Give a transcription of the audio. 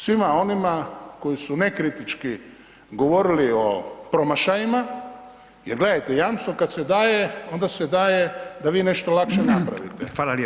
Svima onima koji su nekritički govorili o promašajima, jer gledajte, jamstvo kad se daje, onda se daje da vi nešto lakše napravite.